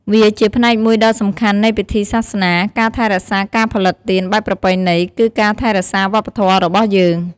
វាជាផ្នែកមួយដ៏សំខាន់នៃពិធីសាសនា ការថែរក្សាការផលិតទៀនបែបប្រពៃណី គឺការថែរក្សាវប្បធម៌របស់យើង។